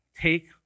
take